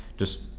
just